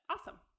Awesome